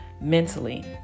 Mentally